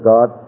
God